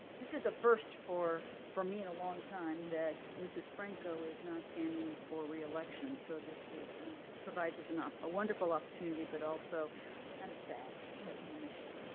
this is a first for for me in a long time that mrs. franco is not standing for re-election so this provides us and um a wonderful opportunity but also kind of sad that we'll miss you.